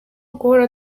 guhora